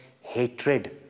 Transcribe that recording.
hatred